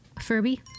Furby